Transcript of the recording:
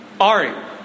Ari